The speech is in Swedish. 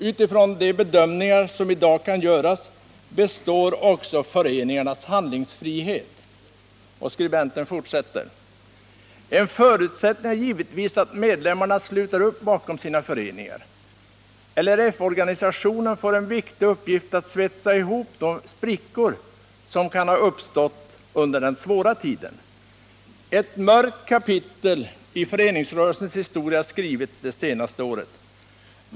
Utifrån de bedömningar som i dag kan göras består också föreningarnas handlingsfrihet.” Skribenten fortsätter: ”En förutsättning är givetvis att medlemmarna sluter upp bakom sina föreningar. LRF-organisationen får en viktig uppgift att svetsa ihop de 157 sprickor som kan ha uppstått under den svåra tiden. Ett mörkt kapitel i föreningsrörelsens historia har skrivits det senaste året.